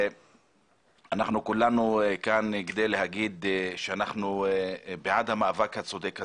אנחנו כולנו כאן כדי להגיד שאנחנו בעד המאבק הצודק הזה.